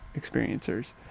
experiencers